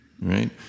right